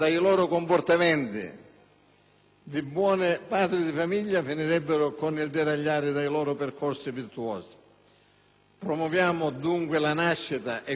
di buoni padri di famiglia finirebbero con il deragliare dai loro percorsi virtuosi. Promuoviamone dunque la nascita e guardiamo con affetto